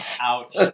Ouch